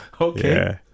okay